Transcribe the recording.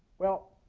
well,